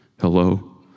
Hello